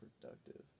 productive